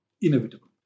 inevitable